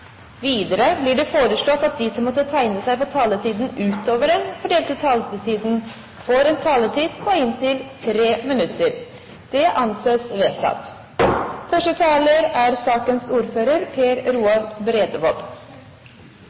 Videre blir det foreslått at de som måtte tegne seg på talerlisten utover den fordelte taletid, får en taletid på inntil 3 minutter. – Det anses vedtatt. Den forholdsvis store saken vi behandler i dag, er